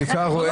שתיקה רועמת.